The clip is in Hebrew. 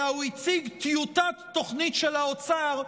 אלא הוא הציג טיוטת תוכנית של האוצר,